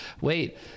Wait